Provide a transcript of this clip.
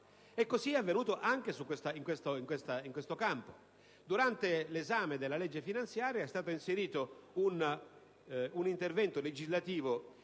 Così è avvenuto anche in questo campo; durante l'esame della legge finanziaria, è stato inserito un intervento legislativo